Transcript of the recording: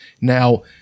Now